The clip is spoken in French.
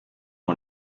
nom